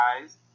guys